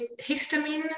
histamine